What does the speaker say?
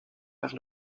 par